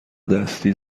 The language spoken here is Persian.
دستی